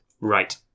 Right